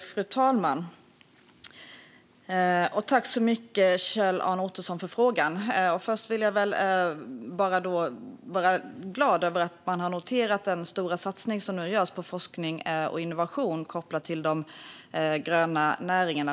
Fru talman! Tack så mycket för frågan. Kjell-Arne Ottosson! Först är jag glad över att man har noterat den stora satsning som nu görs på forskning och innovation kopplat till de gröna näringarna.